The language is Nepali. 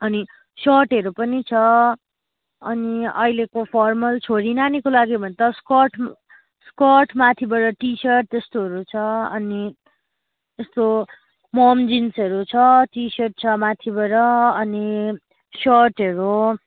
अनि सर्टहरू पनि छ अनि अहिलेको फर्मल छोरी नानीको लागि हो भने त स्कर्ट स्कर्ट माथिबाट टिसर्ट त्यस्तोहरू छ अनि यस्तो मोम जिन्सहरू छ टिसर्ट छ माथिबाट अनि सर्टहरू